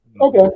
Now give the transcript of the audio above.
Okay